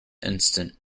instant